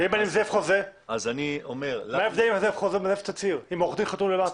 זה תצהיר שעורך דין חתום למטה.